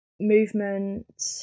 movement